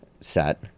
set